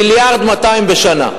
מיליארד ו-200 מיליון בשנה.